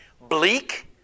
bleak